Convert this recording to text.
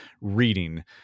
reading